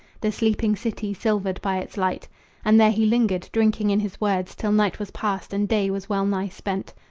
the sleeping city silvered by its light and there he lingered, drinking in his words, till night was passed and day was well-nigh spent.